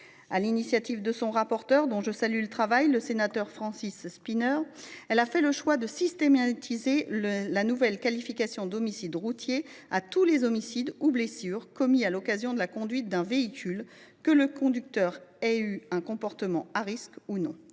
l’initiative de son rapporteur, notre collègue Francis Szpiner, dont je salue le travail, elle a fait le choix de systématiser la nouvelle qualification d’homicide routier à tous les homicides ou blessures commis à l’occasion de la conduite d’un véhicule, que le conducteur ait eu un comportement à risque ou non.